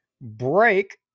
break